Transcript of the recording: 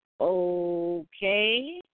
Okay